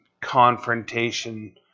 confrontation